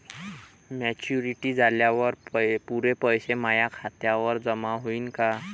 Maturity झाल्यावर पुरे पैसे माया खात्यावर जमा होईन का?